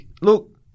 Look